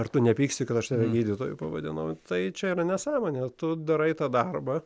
ar tu nepyksti kad aš gydytoju pavadinau tai čia yra nesąmonė tu darai tą darbą